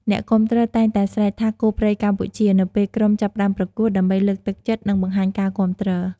អ្នកគាំទ្រតែងតែស្រែកថា "គោព្រៃកម្ពុជា!" នៅពេលក្រុមចាប់ផ្តើមប្រកួត ដើម្បីលើកទឹកចិត្ត និងបង្ហាញការគាំទ្រ។